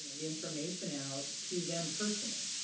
the information out to them personally,